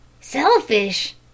selfish